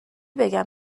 بگم